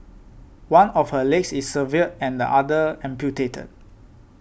one of her legs is severed and the other amputated